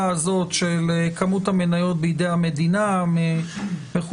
הזאת של כמות המניות בידי המדינה וכו',